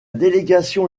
délégation